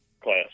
class